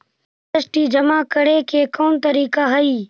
GST जमा करे के कौन तरीका हई